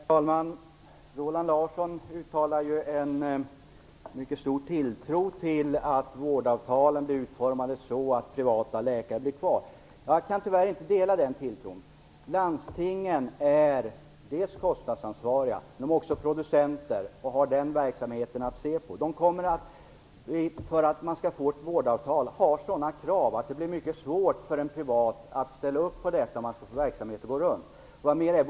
Herr talman! Roland Larsson uttalar en mycket stor tilltro till att vårdavtalen blir utformade så att privatläkare blir kvar. Jag kan tyvärr inte dela den tilltron. Landstingen är kostnadsansvariga och de är också producenter. De har den verksamheten att se på. För att man skall få ett vårdavtal kommer de att ställa sådana krav att det blir mycket svårt för en privat läkare att ställa upp på dem om de skall få verksamheten att gå runt.